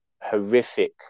horrific